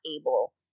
able